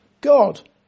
God